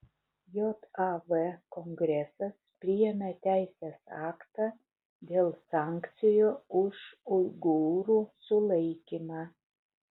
jav kongresas priėmė teisės aktą dėl sankcijų už uigūrų sulaikymą